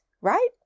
right